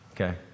Okay